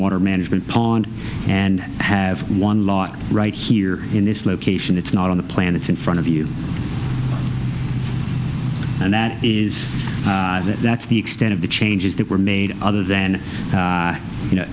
water management pond and have one lot right here in this location that's not on the planet in front of you and that is that that's the extent of the changes that were made other than you know